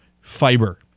fiber